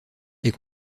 est